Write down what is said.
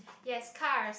ya cars